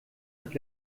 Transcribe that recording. hat